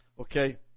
Okay